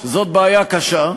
זאת בעיה קשה,